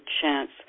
chance